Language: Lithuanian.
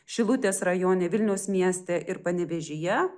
šilutės rajone vilniaus mieste ir panevėžyje